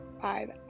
five